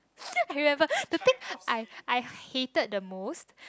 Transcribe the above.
I remember the thing I I hated the most